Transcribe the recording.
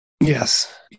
Yes